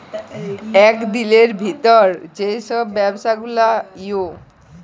একই দিলের ভিতর যেই সব ব্যবসা গুলা হউ